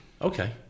Okay